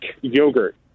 yogurt